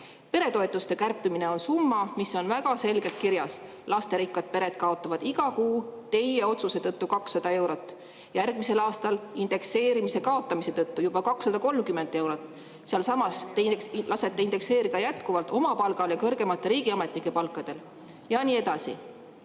Peretoetuste kärpimine on summa, mis on väga selgelt kirjas: lasterikkad pered kaotavad iga kuu teie otsuse tõttu 200 eurot, järgmisel aastal indekseerimise kaotamise tõttu juba 230 eurot. Samas te lasete jätkuvalt indekseerida oma palka, kõrgemate riigiametnike palka ja nii edasi.